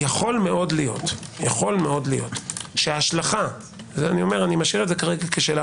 יכול מאוד להיות שההשלכה משאיר זאת כרגע כשאלה